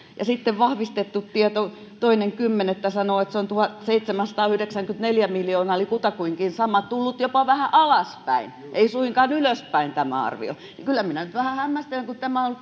ja sitten vahvistettu tieto toinen kymmenettä sanoo että se on tuhatseitsemänsataayhdeksänkymmentäneljä miljoonaa eli kutakuinkin sama tämä arvio on tullut jopa vähän alaspäin ei suinkaan ylöspäin kyllä minä nyt vähän hämmästelen että kun tämä on